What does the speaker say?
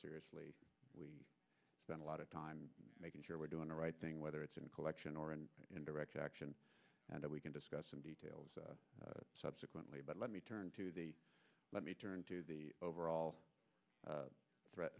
seriously we spend a lot of time making sure we're doing the right thing whether it's in collection or and in direct action and we can discuss some details subsequently but let me turn to let me turn to the overall threat